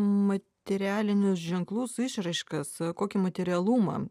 materialinius ženklus išraiškas kokį materialumą